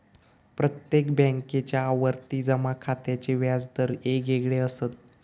प्रत्येक बॅन्केच्या आवर्ती जमा खात्याचे व्याज दर येगयेगळे असत